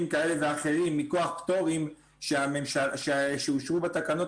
כאלה ואחרים מכוח פטורים שאושרו בתקנות,